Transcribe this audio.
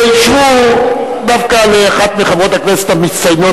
אישרו דווקא לאחת מחברות הכנסת המצטיינות,